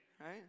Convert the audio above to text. Right